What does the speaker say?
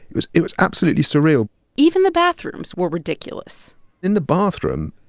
it was it was absolutely surreal even the bathrooms were ridiculous in the bathroom,